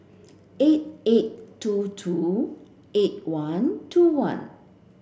eight eight two two eight one two one